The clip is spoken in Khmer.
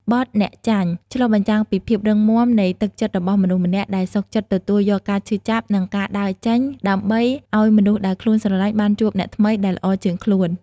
បទ "អ្នកចាញ់" ឆ្លុះបញ្ចាំងពីភាពរឹងមាំនៃទឹកចិត្តរបស់មនុស្សម្នាក់ ដែលសុខចិត្តទទួលយកការឈឺចាប់ និងការដើរចេញ ដើម្បីឱ្យមនុស្សដែលខ្លួនស្រឡាញ់បានជួបអ្នកថ្មីដែលល្អជាងខ្លួន។